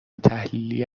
تحلیلی